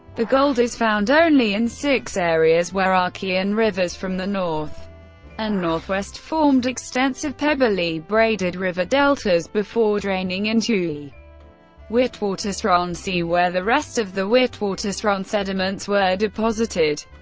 the gold is found only in six areas where archean rivers from the north and north-west formed extensive pebbly braided river deltas before draining into the witwatersrand sea where the rest of the witwatersrand sediments were deposited.